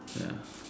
ya